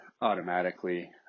automatically